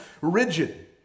rigid